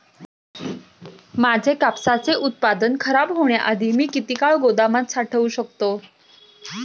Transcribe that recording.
माझे कापसाचे उत्पादन खराब होण्याआधी मी किती काळ गोदामात साठवू शकतो?